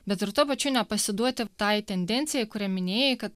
bet ir tuo pačiu nepasiduoti tai tendencijai kurią minėjai kad